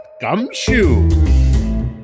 gumshoe